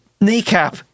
Kneecap